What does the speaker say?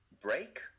break